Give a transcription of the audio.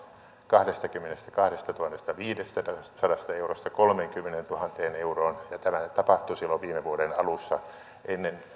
kahdestakymmenestäkahdestatuhannestaviidestäsadasta eurosta kolmeenkymmeneentuhanteen euroon ja tämähän tapahtui silloin viime vuoden alussa ennen